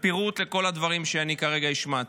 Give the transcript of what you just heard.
בפירוט לכל הדברים שאני כרגע השמעתי.